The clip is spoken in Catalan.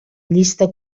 llista